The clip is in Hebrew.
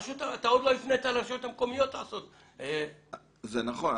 אתה עוד לא פנית לרשויות המקומיות לעשות --- זה נכון.